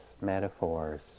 metaphors